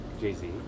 Jay-Z